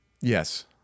yes